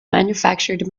manufactured